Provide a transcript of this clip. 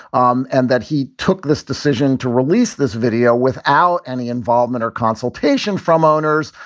um and that he took this decision to release this video without any involvement or consultation from owners,